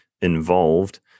involved